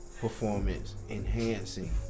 Performance-enhancing